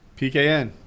PKN